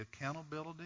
accountability